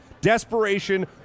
Desperation